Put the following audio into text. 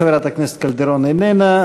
חברת הכנסת קלדרון, איננה.